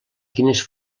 quines